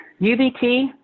UVT